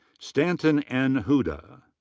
stanton n. hudja.